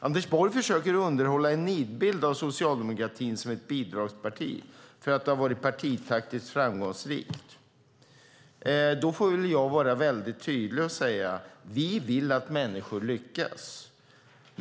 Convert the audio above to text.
Anders Borg försöker underhålla en nidbild av socialdemokratin som ett bidragsparti för att det har varit partitaktiskt framgångsrikt. Då får jag vara tydlig och säga: Vi vill att människor lyckas.